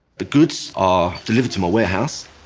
the goods are delivered to my warehouse